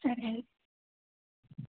సరే